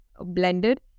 blended